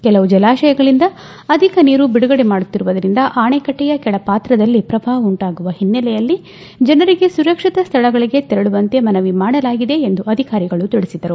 ಕೆಲವು ಜಲಾಶಯಗಳಿಂದ ಅಧಿಕ ನೀರು ಬಿಡುಗಡೆ ಮಾಡುತ್ತಿರುವುದರಿಂದ ಅಣೆಕಟ್ಷೆಯ ಕೆಳ ಪಾತ್ರದಲ್ಲಿ ಪ್ರವಾಹ ಉಂಟಾಗುವ ಹಿನ್ನೆಲೆಯಲ್ಲಿ ಜನರಿಗೆ ಸುರಕ್ಷಿತ ಸ್ಥಳಗಳಿಗೆ ತೆರಳುವಂತೆ ಮನವಿ ಮಾಡಲಾಗಿದೆ ಎಂದು ಅಧಿಕಾರಿಗಳು ತಿಳಿಬಿದರು